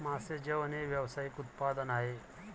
मासे जेवण हे व्यावसायिक उत्पादन आहे